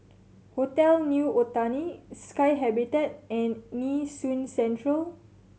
Hotel New Otani Sky Habitat and Nee Soon Central